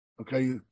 okay